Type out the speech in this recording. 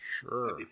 Sure